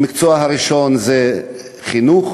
המקצוע הראשון זה חינוך